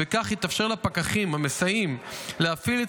וכך יתאפשר לפקחים המסייעים להפעיל את